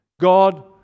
God